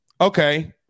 Okay